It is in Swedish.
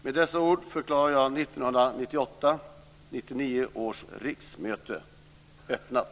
Med dessa ord förklarar jag 1998/99 års riksmöte öppnat.